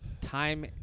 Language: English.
time